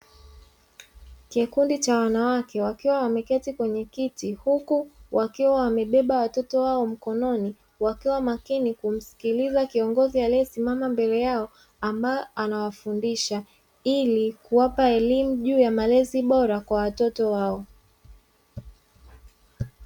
Kikundi cha wanawake, wakiwa wameketi kwenye kiti, huku wakiwa wamebeba watoto wao mkononi; wakiwa makini kumsikiliza kiongozi aliyesimamama mbele yao, ambaye anawafundisha ili kuwapa elimu juu ya malezi bora kwa watoto wao.